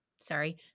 sorry